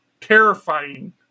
terrifying